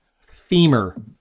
femur